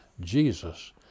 Jesus